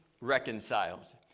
reconciled